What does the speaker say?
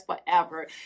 forever